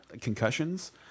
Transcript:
concussions